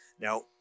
Now